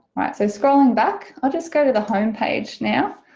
right so scrolling back, i'll just go to the home page now.